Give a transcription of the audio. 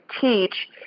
teach